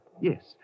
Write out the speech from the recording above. Yes